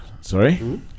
Sorry